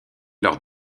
lors